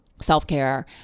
self-care